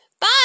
Bye